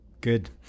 Good